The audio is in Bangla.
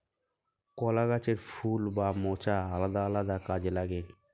কলা গাছের ফুল বা মোচা আলাদা আলাদা কাজে লাগে